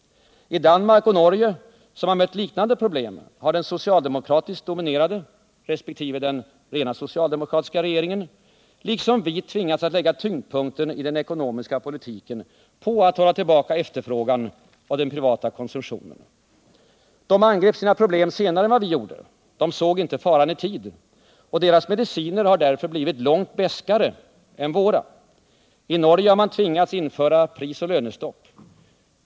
I Danmark och Norge, som har mött likartade problem, har den socialdemokratiskt dominerade regeringen resp. den rena socialdemokratiska regeringen liksom vi tvingats att lägga tyngdpunkten i den ekonomiska politiken på att hålla tillbaka efterfrågan och den privata konsumtionen. De angrep sina problem senare än vad vi gjorde. De såg inte faran i tid. Och deras mediciner har därför blivit långt beskare än våra. I Norge har man tvingats införa prisoch lönestopp.